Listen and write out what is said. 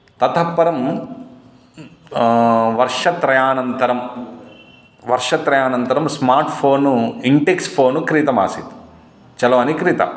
ततः परं वर्षत्रयानन्तरं वर्षत्रयानन्तरं स्मार्ट् फ़ोन् इण्टेक्स् फ़ोनु क्रीता आसीत् चरवाणी क्रीता